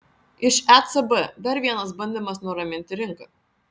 iš ecb dar vienas bandymas nuraminti rinką